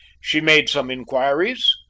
she made some inquiries,